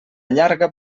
llarga